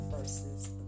versus